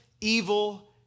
evil